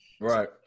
Right